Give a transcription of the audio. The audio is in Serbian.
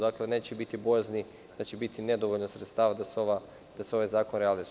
Dakle, neće biti bojazni da će biti nedovoljno sredstava da se ovaj zakon realizuje.